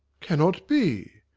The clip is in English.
cannot be!